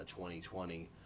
2020